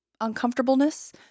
uncomfortableness